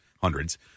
hundreds